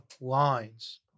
Lines